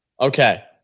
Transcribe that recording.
Okay